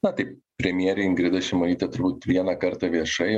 na taip premjerė ingrida šimonytė turbūt vieną kartą viešai